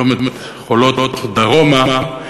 מצומת חולות דרומה,